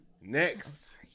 Next